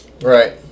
Right